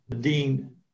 Dean